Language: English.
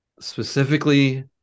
specifically